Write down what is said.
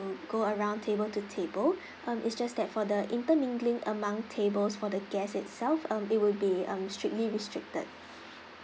go around table to table um it's just that for the intermingling among tables for the guests itself um it will be um strictly restricted